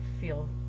feel